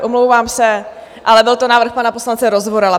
Omlouvám se, ale byl to návrh pana poslance Rozvorala.